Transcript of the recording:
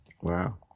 Wow